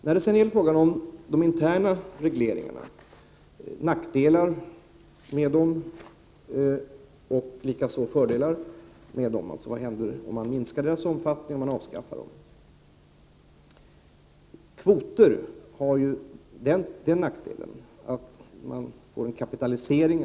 När det sedan är fråga om nackdelar och fördelar med de interna regleringarna och vad som händer om man minskar deras omfattning eller om man avskaffar dem, så vill jag säga att kvoter ju har den nackdelen att man får en kapitalisering.